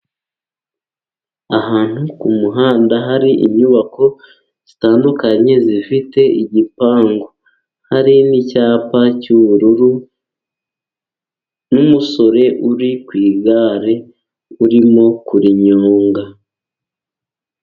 Ahantu ku muhanda hari inyubako zitandukanye, zifite igipangu. Hari n'icyapa cy'ubururu n'umusore uri ku igare urimo kurinyonga.